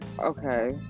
Okay